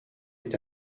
est